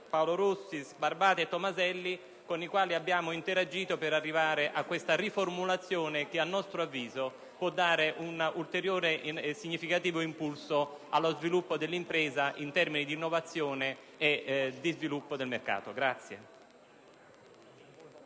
Paolo Rossi, Sbarbati e Tomaselli - con i quali abbiamo interagito per arrivare a questa riformulazione che, a nostro avviso, può dare un ulteriore e significativo impulso allo sviluppo dell'impresa in termini di innovazione e di sviluppo del mercato.